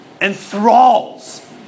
enthralls